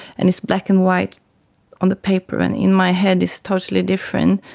and it's black and white on the paper, and in my head it's totally different.